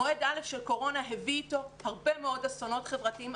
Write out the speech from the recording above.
מועד א' של קורונה הביא איתו הרבה מאוד אסונות חברתיים,